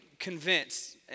convinced